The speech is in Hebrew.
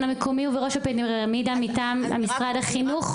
המקומי ובראש הפירמידה מטעם משרד החינוך,